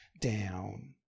down